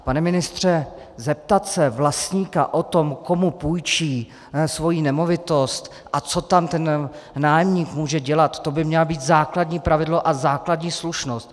Pane ministře, zeptat se vlastníka na to, komu půjčí svoji nemovitost a co tam ten nájemník může dělat, to by mělo být základní pravidlo a základní slušnost.